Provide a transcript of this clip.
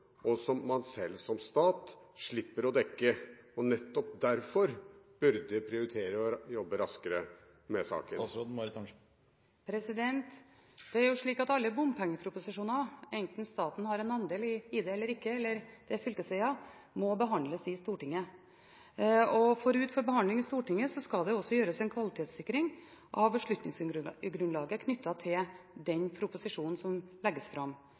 som man som stat slipper å dekke, og nettopp derfor burde prioritere å jobbe raskere med saken? Det er slik at alle bompengeproposisjoner, enten det gjelder veger staten har en andel i eller ikke, eller det gjelder fylkesveger, må behandles i Stortinget. Forut for behandling i Stortinget skal det også gjøres en kvalitetssikring av beslutningsgrunnlaget knyttet til den proposisjonen som legges fram.